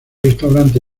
restaurante